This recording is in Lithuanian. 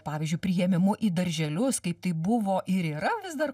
pavyzdžiui priėmimu į darželius kaip tai buvo ir yra vis dar